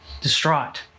distraught